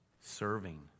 Serving